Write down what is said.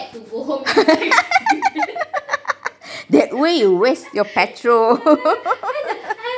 that way you waste your petrol